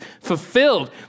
fulfilled